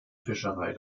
fischerei